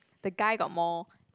the guy got more